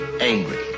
angry